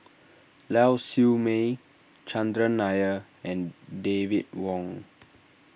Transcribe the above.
Lau Siew Mei Chandran Nair and David Wong